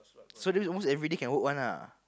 so this is almost everyday can work one ah